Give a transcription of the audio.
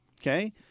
Okay